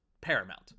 paramount